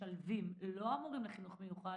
המשלבים, לא המורים לחינוך מיוחד,